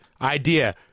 Idea